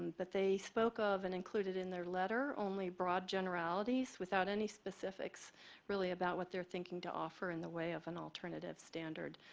but they spoke off and include it in their letter only broad generalities without any specifics really about what they're thinking to offer and the way of an alternative standard.